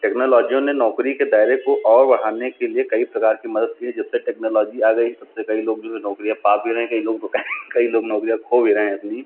टेक्नोलॉजियों ने नौकरी के दायरे को और बढ़ाने के लिए कई प्रकार की मदद ली है जबसे टेक्नोलॉजी आ गई है तब से कई लोग जो है नौकरियाँ पा भी रहे हैं कई लोग कई लोग नौकरियाँ खो भी रहे हैं अपनी